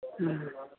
ആ